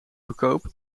goedkoop